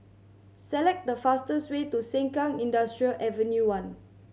select the fastest way to Sengkang Industrial Avenue One